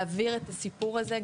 להעביר את הסיפור הזה,